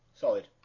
Solid